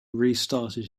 restarted